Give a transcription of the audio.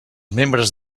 membres